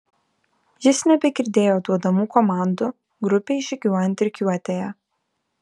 jis nebegirdėjo duodamų komandų grupei žygiuojant rikiuotėje